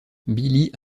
billie